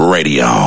Radio